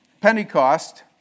Pentecost